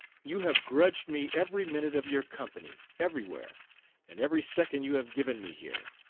you have grudged me every minute of your company, everywhere and every second you have given me here.